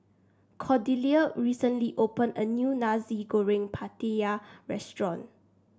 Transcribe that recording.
Cordelia recently opened a new Nasi Goreng Pattaya restaurant